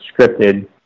scripted